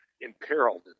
imperiled